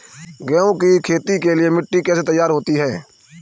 गेहूँ की खेती के लिए मिट्टी कैसे तैयार होती है?